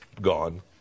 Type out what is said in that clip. gone